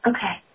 Okay